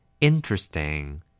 interesting